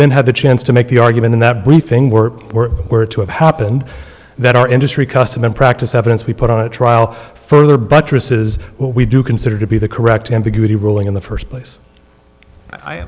been had the chance to make the argument in that briefing were or were to have happened that our industry custom and practice evidence we put on trial for buttresses we do consider to be the correct ambiguity ruling in the first place i